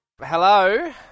Hello